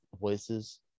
voices